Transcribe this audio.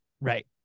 Right